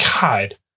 God